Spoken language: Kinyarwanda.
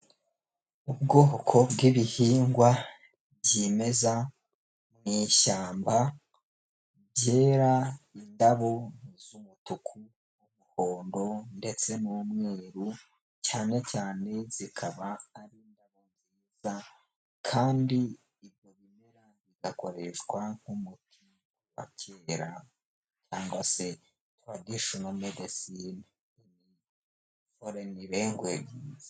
Ubwoko bw’ibihingwa byimeza mu ishyamba, byera indabo z'umutuku, umuhondo ndetse n'umweru cyane cyane zikaba ari nziza, kandi ibyo bimera bigakoreshwa nk'umuti wa kera cyangwa se traditional medicine in foreign language.